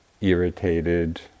irritated